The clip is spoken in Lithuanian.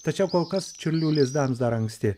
tačiau kol kas čiurlių lizdams dar anksti